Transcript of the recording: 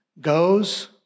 goes